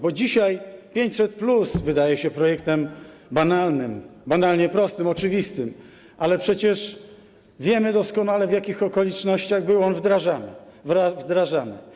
Bo dzisiaj 500+ wydaje się projektem banalnym, banalnie prostym, oczywistym, ale przecież wiemy doskonale, w jakich okolicznościach był on wdrażany.